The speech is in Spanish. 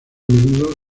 menudo